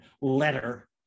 letter